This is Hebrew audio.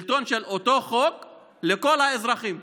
שלטון של אותו חוק לכל האזרחים.